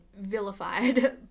vilified